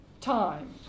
time